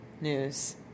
news